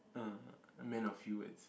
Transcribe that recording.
uh a man of few words